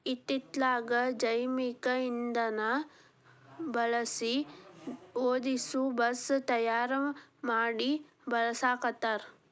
ಇತ್ತಿತ್ತಲಾಗ ಜೈವಿಕ ಇಂದನಾ ಬಳಸಿ ಓಡಸು ಬಸ್ ತಯಾರ ಮಡಿ ಬಳಸಾಕತ್ತಾರ